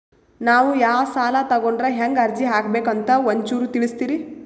ನಾವು ಯಾ ಸಾಲ ತೊಗೊಂಡ್ರ ಹೆಂಗ ಅರ್ಜಿ ಹಾಕಬೇಕು ಅಂತ ಒಂಚೂರು ತಿಳಿಸ್ತೀರಿ?